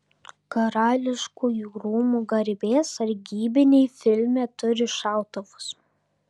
karališkųjų rūmų garbės sargybiniai filme turi šautuvus